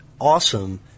awesome